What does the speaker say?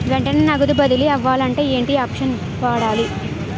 వెంటనే నగదు బదిలీ అవ్వాలంటే ఏంటి ఆప్షన్ వాడాలి?